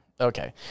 Okay